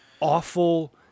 awful